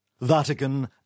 Vatican